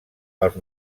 els